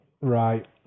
Right